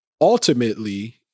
ultimately